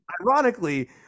ironically